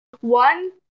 One